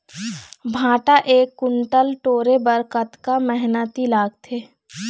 भांटा एक कुन्टल टोरे बर कतका मेहनती लागथे?